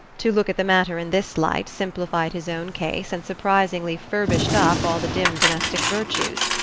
to look at the matter in this light simplified his own case and surprisingly furbished up all the dim domestic virtues.